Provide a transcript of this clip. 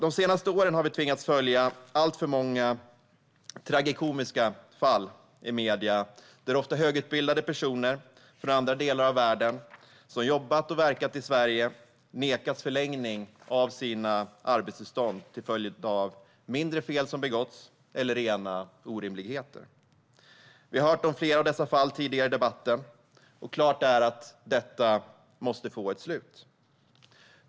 De senaste åren har vi tvingats följa alltför många tragikomiska fall i medierna, där ofta högutbildade personer från andra delar av världen som har jobbat och verkat i Sverige nekats förlängning av sina arbetstillstånd till följd av mindre fel som begåtts eller rena orimligheter. Vi har hört om flera av dessa fall tidigare i debatten. Klart är att detta måste få ett slut.